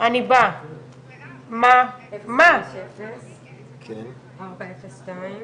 חושבת שבאירוע כזה שאנחנו